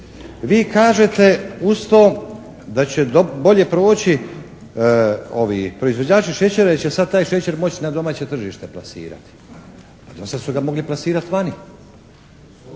Vi kažete uz to da će bolje proći proizvođači šećera jer će sad taj šećer moći na domaće tržište plasirati. Pa do sada su ga mogli plasirati vani.